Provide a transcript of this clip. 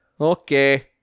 Okay